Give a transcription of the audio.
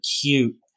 cute